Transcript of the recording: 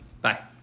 Bye